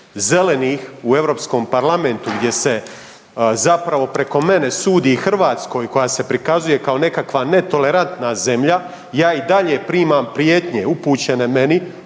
zelenih u Europskom parlamentu gdje se zapravo preko mene sudi Hrvatskoj koja se prikazuje kao nekakva netolerantna zemlja ja i dalje primam prijetnje, upućene meni,